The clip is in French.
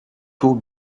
taux